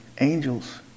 angels